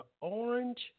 orange